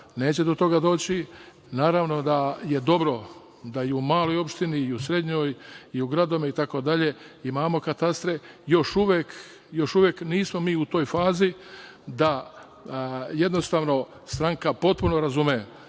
neće do toga doći. Naravno, da je dobro da i u maloj opštini i u srednjoj, i u gradovima i tako dalje, imamo katastre. Još uvek nismo mi u toj fazi da jednostavno stranka potpuno razume